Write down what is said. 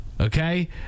okay